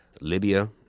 Libya